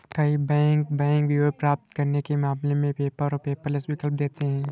कई bank bank विवरण प्राप्त करने के मामले में पेपर और पेपरलेस विकल्प देते हैं